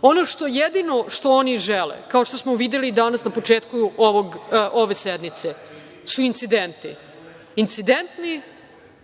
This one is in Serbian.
pričali, jedino što oni žele, kao što smo videli danas na početku ove sednice, su incidenti.